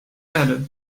erde